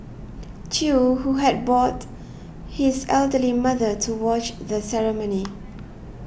chew who had brought his elderly mother to watch the ceremony